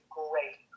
great